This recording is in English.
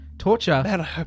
Torture